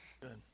Good